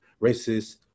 racist